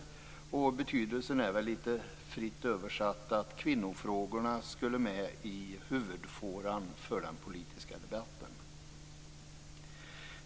Fritt översatt betyder det väl att kvinnofrågorna skall finnas med i huvudfåran för den politiska debatten.